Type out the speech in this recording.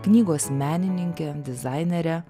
knygos menininke dizainere